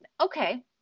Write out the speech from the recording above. okay